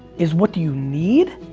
is what do you need,